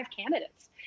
candidates